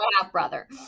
half-brother